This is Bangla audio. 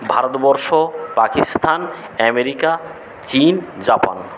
ভারতবর্ষ পাকিস্তান আমেরিকা চীন জাপান